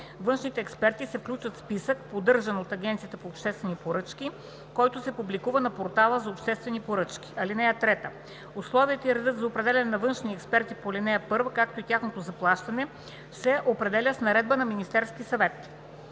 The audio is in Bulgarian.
Външните експерти се включват в списък, поддържан от Агенцията по обществени поръчки, който се публикува на Портала за обществени поръчки. (3) Условията и редът за определяне на външните експерти по ал. 1, както и тяхното заплащане, се определят с наредба на Министерския съвет.“